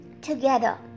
together